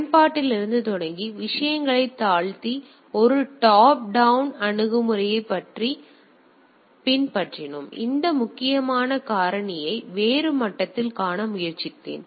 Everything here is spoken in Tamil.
பயன்பாட்டிலிருந்து தொடங்கி விஷயங்களைத் தாழ்த்தி ஒரு டாப் டவுன் அணுகுமுறையைப் பின்பற்றினோம் அந்த முக்கியமான காரணியை வேறு மட்டத்தில் காண முயற்சித்தேன்